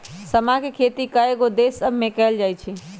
समा के खेती कयगो देश सभमें कएल जाइ छइ